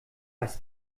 was